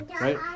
right